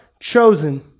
chosen